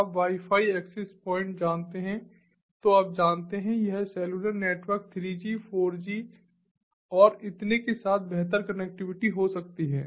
आप wifi access point जानते हैं तो आप जानते हैं यह सेलुलर नेटवर्क 3 जी 4 जीcellular network 3G 4G और इतने के साथ बेहतर कनेक्टिविटी हो सकती है